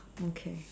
okay